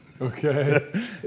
Okay